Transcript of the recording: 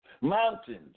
mountains